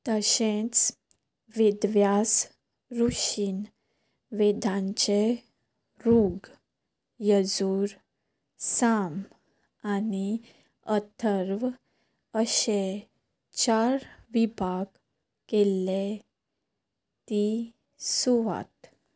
तशेंच वेदव्यास रुशीन वेदांचे रूग यजूर साम आनी अथर्व अशे चार विभाग केल्ले ती सुवात